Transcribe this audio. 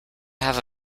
have